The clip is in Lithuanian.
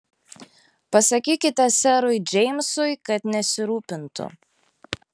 pasakykite serui džeimsui kad nesirūpintų